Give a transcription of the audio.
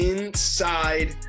Inside